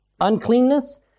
Uncleanness